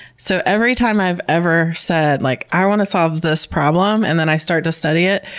so, every time i've ever said, like i want to solve this problem, and then i start to study it,